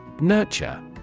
Nurture